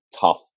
tough